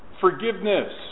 forgiveness